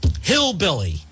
hillbilly